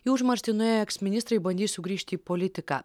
į užmarštį nuėję eksministrai bandys sugrįžti į politiką